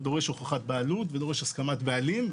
היום המתווה דורש הוכחת בעלות ודורש הסכמת בעלים.